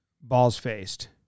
balls-faced